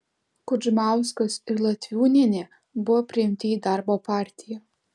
kudžmauskas ir latviūnienė buvo priimti į darbo partiją